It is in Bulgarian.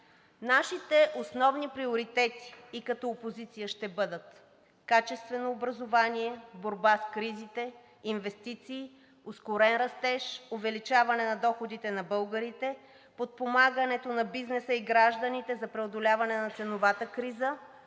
Нашите основни приоритети и като опозиция ще бъдат: качествено образование; борба с кризите; инвестиции; ускорен растеж; увеличаване на доходите на българите; подпомагането на бизнеса и гражданите за преодоляване на ценовата криза,